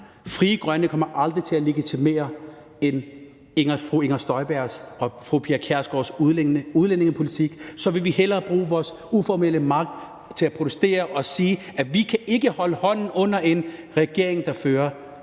Frie Grønne kommer aldrig til at legitimere fru Inger Støjbergs og fru Pia Kjærsgaards udlændingepolitik. Så vil vi hellere bruge vores uformelle magt til at protestere og sige, at vi ikke kan holde hånden under en regering, der fører